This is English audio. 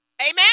Amen